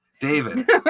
David